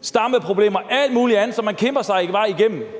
stammeproblemer og alt muligt andet, som man kæmper sig en vej igennem.